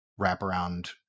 wraparound